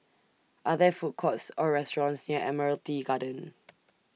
Are There Food Courts Or restaurants near Admiralty Garden